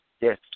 Yes